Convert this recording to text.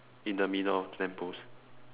in the middle of the lamp post